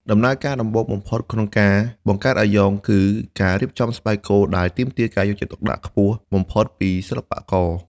ដំណើរការដំបូងបំផុតក្នុងការបង្កើតអាយ៉ងគឺការរៀបចំស្បែកគោដែលទាមទារការយកចិត្តទុកដាក់ខ្ពស់បំផុតពីសិល្បករ។